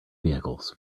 vehicles